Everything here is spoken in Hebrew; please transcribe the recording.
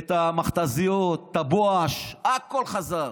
את המכת"זיות, את הבואש, הכול חזר.